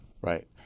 right